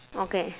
okay